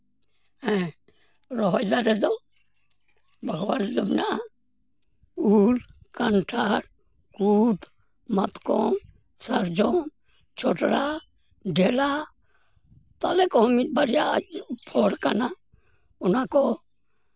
ᱦᱮᱸ ᱨᱚᱦᱚᱭ ᱫᱟᱨᱮ ᱫᱚ ᱵᱟᱜᱽᱣᱟᱱ ᱦᱤᱥᱟᱹᱵ ᱢᱮᱱᱟᱜᱼᱟ ᱩᱞ ᱠᱟᱱᱴᱷᱟᱲ ᱠᱩᱫᱽ ᱢᱟᱛᱠᱚᱢ ᱥᱟᱨᱡᱚᱢ ᱪᱚᱱᱰᱨᱟ ᱰᱷᱮᱞᱟ ᱛᱟᱞᱮ ᱠᱚᱦᱚᱸ ᱢᱤᱫ ᱵᱟᱨᱭᱟ ᱯᱷᱚᱲ ᱠᱟᱱᱟ ᱚᱱᱟ ᱠᱚ